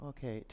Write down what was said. Okay